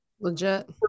legit